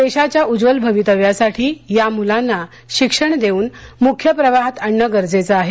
देशाच्या उज्ज्वल भवितव्यासाठी या मुलांना शिक्षण देऊन मुख्य प्रवाहात आणण गरजेचं आहे